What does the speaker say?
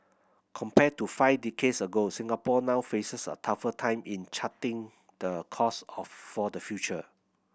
compared to five decades ago Singapore now faces a tougher time in charting the course of for the future